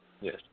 Yes